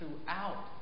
throughout